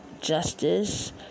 justice